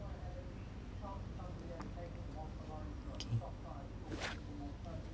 okay